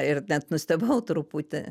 ir net nustebau truputį